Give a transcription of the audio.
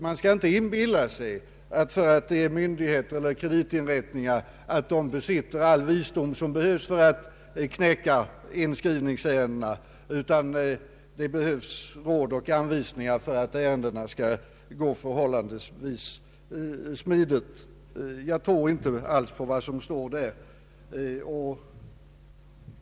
Man skall inte inbilla sig att en myndighet eller en kreditinrättning besitter all den visdom som behövs för att klara inskrivningsärendena. Det behövs råd och anvisningar för att ärendena skall kunna behandlas förhållandevis smidigt. Jag tror inte alls på det som står där.